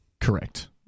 Correct